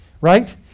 right